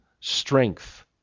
strength